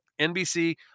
NBC